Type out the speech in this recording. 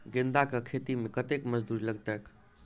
गेंदा केँ खेती मे कतेक मजदूरी लगतैक?